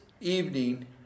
evening